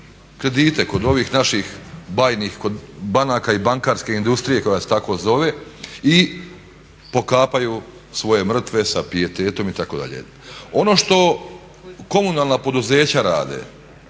kredite kod ovih naših bajnih banaka i bankarske industrije koja se tako zove i pokapaju svoje mrtve sa pijetetom itd. Ono što komunalna poduzeća rade